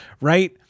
right